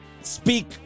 speak